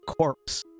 corpse